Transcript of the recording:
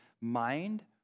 mind